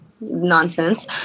nonsense